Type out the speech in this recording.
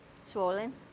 Swollen